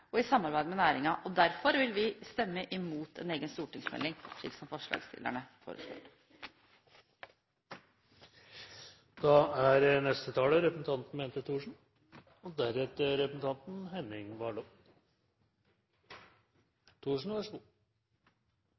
og i samarbeid med næringen. Derfor vil vi stemme imot en egen stortingsmelding slik som forslagsstillerne